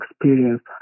experience